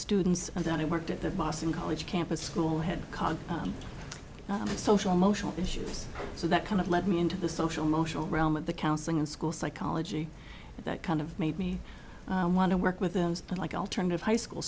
students that i worked at the boston college campus school had called social motion issues so that kind of led me into the social motional realm of the counseling in school psychology that kind of made me want to work with them like alternative high school